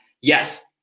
yes